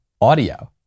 audio